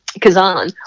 Kazan